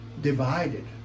divided